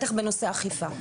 בטח בנושא אכיפה.